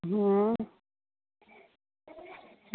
अं